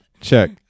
Check